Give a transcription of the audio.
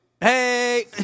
Hey